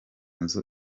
nzu